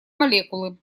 молекулы